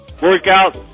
workout